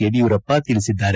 ಯಡಿಯೂರಪ್ಪ ತಿಳಿಸಿದ್ದಾರೆ